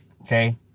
Okay